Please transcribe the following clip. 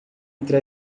entre